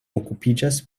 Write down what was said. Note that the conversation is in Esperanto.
okupiĝas